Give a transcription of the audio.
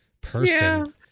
person